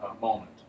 moment